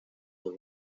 the